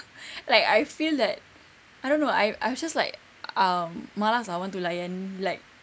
like I feel that I don't know I I'm just like um malas ah want to layan like